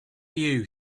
you